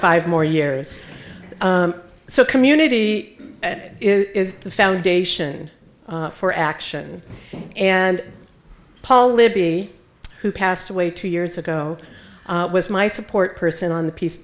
five more years so community is the foundation for action and paul libby who passed away two years ago was my support person on the peace